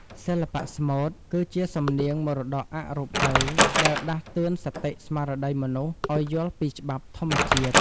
សិល្បៈស្មូតគឺជាសំនៀងមរតកអរូបិយដែលដាស់តឿនសតិស្មារតីមនុស្សឱ្យយល់ពីច្បាប់ធម្មជាតិ។